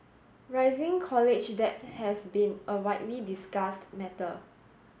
rising college debt has been a widely discussed matter